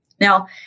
Now